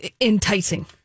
Enticing